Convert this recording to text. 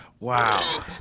Wow